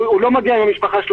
והוא לא מגיע עם המשפחה שלו,